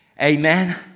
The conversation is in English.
Amen